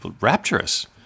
rapturous